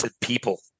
people